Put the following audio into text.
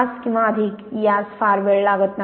तास किंवा अधिक यास फार वेळ लागत नाही